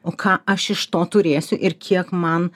o ką aš iš to turėsiu ir kiek man